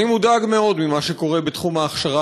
אני מודאג מאוד ממה שקורה בתחום ההכשרה